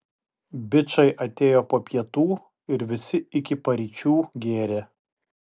bičai atėjo po pietų ir visi iki paryčių gėrė